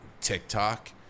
TikTok